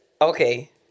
Okay